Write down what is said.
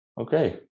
okay